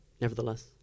Nevertheless